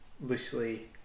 loosely